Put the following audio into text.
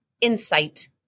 insight